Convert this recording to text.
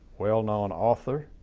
well known author